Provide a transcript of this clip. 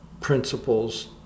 principles